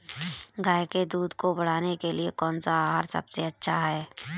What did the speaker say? गाय के दूध को बढ़ाने के लिए कौनसा आहार सबसे अच्छा है?